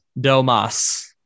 Domas